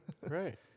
right